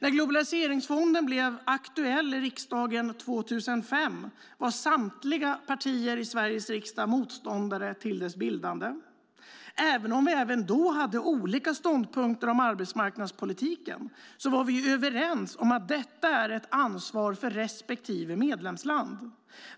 När globaliseringsfonden blev aktuell i riksdagen 2005 var samtliga partier i Sveriges riksdag motståndare till dess bildande. Även om vi också då hade olika ståndpunkter om arbetsmarknadspolitiken var vi överens om att detta är ett ansvar för respektive medlemsland.